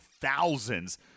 thousands